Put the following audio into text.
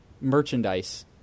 merchandise